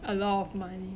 a lot of money